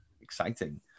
exciting